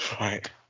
Right